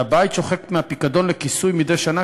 והבית שוחק מהפיקדון לכיסוי מדי שנה